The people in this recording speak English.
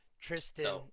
Tristan